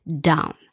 down